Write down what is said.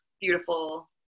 beautiful